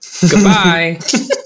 Goodbye